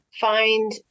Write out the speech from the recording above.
find